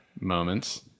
moments